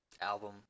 album